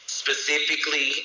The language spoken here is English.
specifically